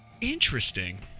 interesting